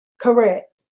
Correct